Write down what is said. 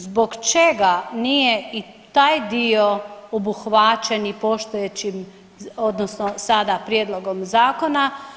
Zbog čega nije i taj dio obuhvaćen i postojećim odnosno sada prijedlogom zakona?